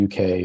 UK